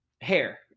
hair